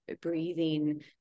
breathing